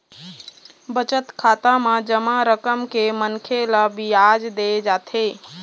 बचत खाता म जमा रकम म मनखे ल बियाज दे जाथे